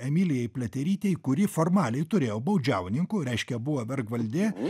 emilijai pliaterytei kuri formaliai turėjo baudžiauninkų reiškia buvo vergvaldė